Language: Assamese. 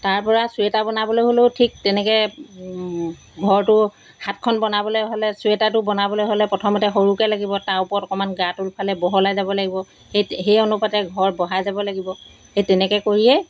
তাৰপৰা চুৱেটাৰ বনাবলৈ হ'লেও ঠিক তেনেকৈ ঘৰটো হাতখন বনাবলৈ হ'লে চুৱেটাৰটো বনাবলৈ হ'লে প্ৰথমতে সৰুকৈ লাগিব তাৰ ওপৰত অকণমান গাটোফালে বহলাই যাব লাগিব সেই সেই অনুপাতে ঘৰ বঢ়াই যাব লাগিব সেই তেনেকৈ কৰিয়েই